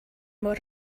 more